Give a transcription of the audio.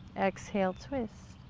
exhale, twist.